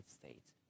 States